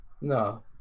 No